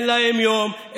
אין להם יום,